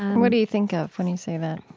what do you think of when you say that,